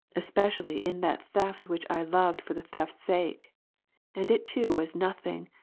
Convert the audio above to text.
especially, in that theft which i loved for the theft's sake and it too was nothing,